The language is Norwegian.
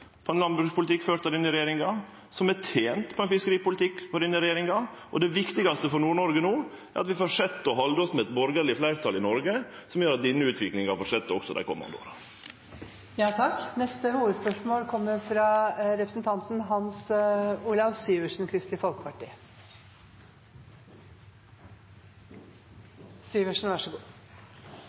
på ein landbrukspolitikk ført av denne regjeringa, som har tent på ein fiskeripolitikk frå denne regjeringa, og det viktigaste for Nord-Noreg no er at vi held fram med å ha eit borgarleg fleirtal i Noreg, som gjer at denne utviklinga held fram også dei komande åra. Vi går til neste